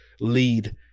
lead